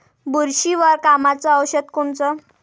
बुरशीवर कामाचं औषध कोनचं?